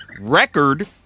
record